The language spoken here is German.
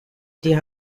die